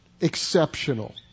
exceptional